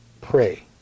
Pray